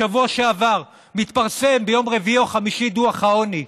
בשבוע שעבר מתפרסם ביום רביעי או חמישי דוח העוני: